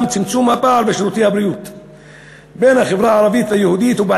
צמצום הפער בין החברה הערבית והיהודית בשירותי הבריאות,